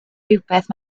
rhywbeth